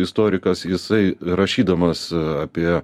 istorikas jisai rašydamas apie